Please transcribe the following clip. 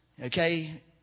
Okay